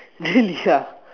really ah